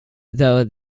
though